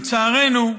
לצערנו,